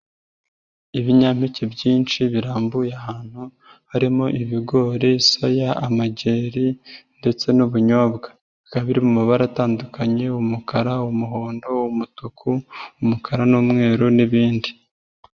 Ibinyampeke byinshi birambuye ahantu harimo: ibigori, soya, amajeri ndetse n'ubunyobwa, bikaba biri mu mabara atandukanye: umukara, umuhondo, umutuku, umukara n'umweru n'ibindi.